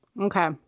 Okay